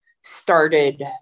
started